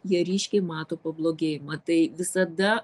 jie ryškiai mato pablogėjimą tai visada